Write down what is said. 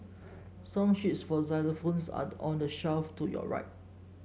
song sheets for xylophones are on the shelf to your right